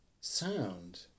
sound